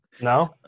No